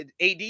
AD